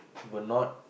were not